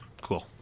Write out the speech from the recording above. Cool